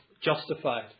justified